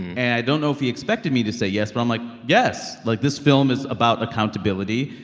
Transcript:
and i don't know if he expected me to say yes. but i'm like yes. like, this film is about accountability.